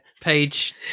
Page